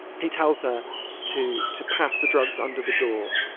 he tells her to to pass the drugs under the door.